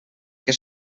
que